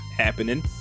happening